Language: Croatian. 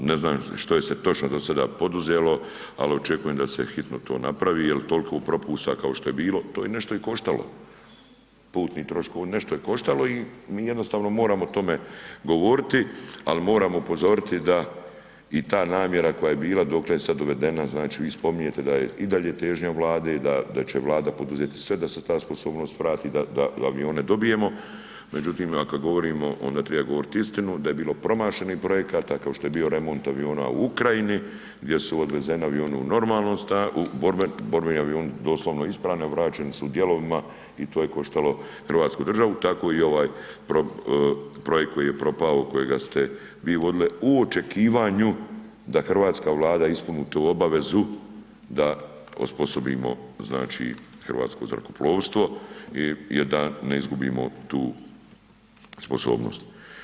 A ne znam što je se točno do sada poduzelo, al očekujem da se hitno to napravi jel tolko propusta kao što je bilo, to je nešto i koštalo, putni troškovi, nešto je koštalo i mi jednostavno moramo o tome govoriti, al moramo upozoriti da i ta namjera koja je bila, dokle je sad dovedena, znači vi spominjete da je i dalje težnja Vlade i da će Vlada poduzeti sve da se ta sposobnost vrati, da avione dobijemo, međutim, a kad govorimo, onda triba govorit istinu da je bilo promašenih projekata, kao što je bio remont aviona u Ukrajini gdje su odvezeni avioni u normalnom stanju, borbeni avioni doslovno ispravni, a vraćeni su u dijelovima i to je koštalo hrvatsku državu, tako i ovaj projekt koji je propao, kojega ste vi vodili, u očekivanju da hrvatska Vlada ispuni tu obavezu da osposobimo, znači hrvatsko zrakoplovstvo i da ne izgubimo tu sposobnost.